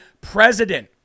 president